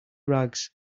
rags